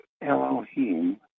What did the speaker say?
Elohim